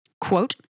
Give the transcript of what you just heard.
quote